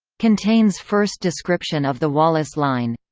contains first description of the wallace line.